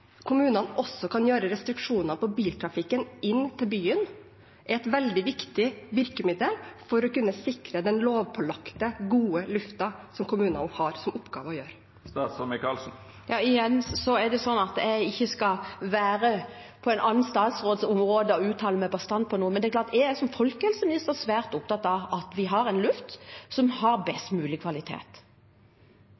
kommunene også kan legge restriksjoner på biltrafikken inn til byen, er et veldig viktig virkemiddel for å kunne sikre den lovpålagte, gode lufta, noe kommunene har som oppgave å gjøre. Igjen er det slik at jeg ikke skal være på en annen statsråds område og uttale meg bastant om noe. Men det er klart at jeg som folkehelseminister er svært opptatt av at vi har en luft som har